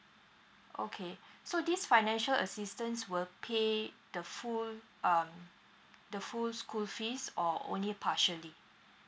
okay so this financial assistance will pay the full um the full school fees or only partially